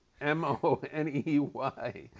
M-O-N-E-Y